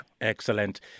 Excellent